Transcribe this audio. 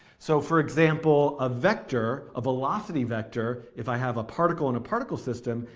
so, for example, a vector, a velocity vector, if i have a particle in a particle system,